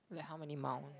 like how many mounds